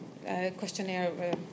questionnaire